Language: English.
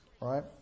right